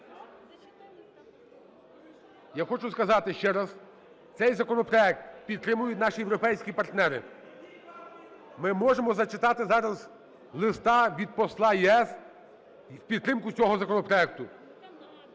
Я хочу сказати ще раз, цей законопроект підтримують наші європейські партнери. Ми можемо зачитати зараз листа від посла ЄС в підтримку цього законопроекту.